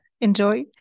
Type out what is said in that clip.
enjoy